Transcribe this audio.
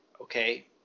okay